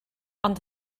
ond